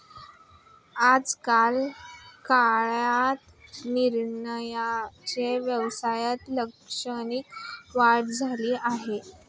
आजच्या काळात निर्यातीच्या व्यवसायात लक्षणीय वाढ झाली आहे